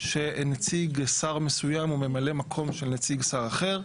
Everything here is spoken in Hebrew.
שנציג שר מסוים הוא ממלא מקום של נציג שר אחר.